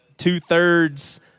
Two-thirds